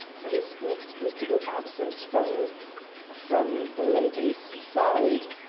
for his inexplicable absence from from the lady's side.